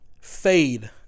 Fade